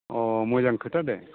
अ मोजां खोथा दे